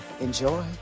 Enjoy